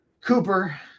Cooper